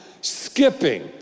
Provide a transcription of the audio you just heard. skipping